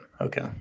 Okay